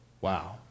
Wow